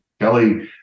Kelly